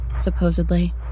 supposedly